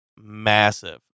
massive